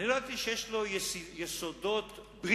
אני לא ידעתי שיש לו יסודות בריטיים,